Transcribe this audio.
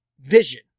vision